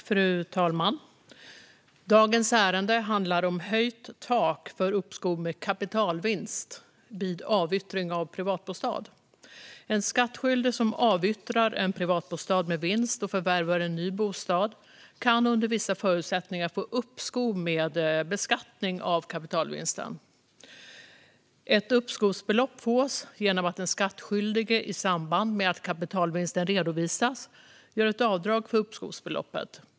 Fru talman! Dagens ärende handlar om höjt tak för uppskov med kapitalvinst vid avyttring av privatbostad. En skattskyldig som avyttrar en privatbostad med vinst och förvärvar en ny bostad kan under vissa förutsättningar få uppskov med beskattning av kapitalvinsten. Ett uppskovsbelopp fås genom att den skattskyldige i samband med att kapitalvinsten redovisas gör ett avdrag för uppskovsbeloppet.